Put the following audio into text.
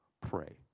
pray